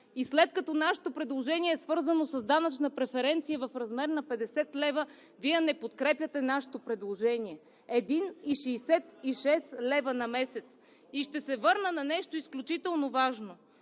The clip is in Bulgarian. и след като нашето предложение е свързано с данъчна преференция в размер на 50 лв., Вие не подкрепяте нашето предложение?! Един и шестдесет и шест лева на месец! Ще се върна на нещо изключително важно.